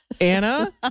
Anna